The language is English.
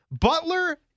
Butler